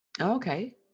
Okay